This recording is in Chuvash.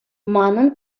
манӑн